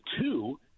two